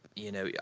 you know, yeah